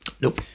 nope